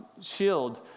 shield